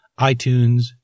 iTunes